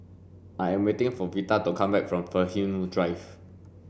I am waiting for Vita to come back from Fernhill Drive